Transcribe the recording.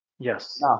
Yes